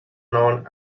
known